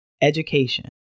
education